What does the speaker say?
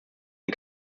den